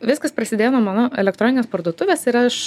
viskas prasidėjo nuo mano elektroninės parduotuvės ir aš